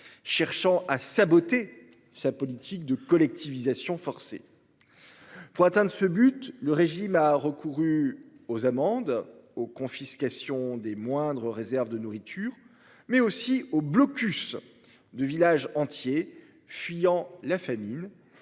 cherchant à saboter sa politique de collectivisation forcée. Pour atteindre ce but, le régime a recouru aux amandes oh confiscation des moindres réserves de nourriture mais aussi au blocus du village entier fuyant la famine